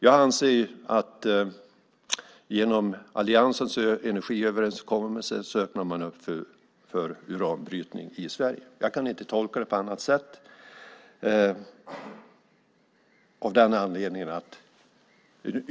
Jag anser att man genom alliansens energiöverenskommelse öppnar för uranbrytning i Sverige. Jag kan inte tolka det på annat sätt.